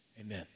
Amen